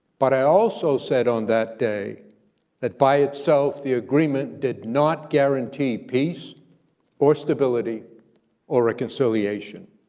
but i also said on that day that by itself the agreement did not guarantee peace or stability or reconciliation.